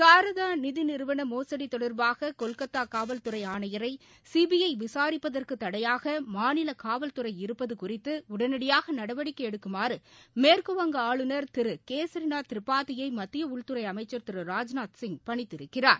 சாராதா நிதி நிறுவன மோசடி தொடர்பாக கொல்கத்தா காவல்துறை ஆணையரை சிபிறு விசாரிப்பதற்கு தடையாக மாநில காவல்துறை இருப்பது குறித்து உடனடியாக நடவடிக்கை எடுக்குமாறு மேற்கு வங்க ஆளுநர் திரு கேசிநாத் திரிபாதியை மத்திய உள்துறை அமைச்சர் திரு ராஜ்நாத் சிவ் பணித்திருக்கிறார்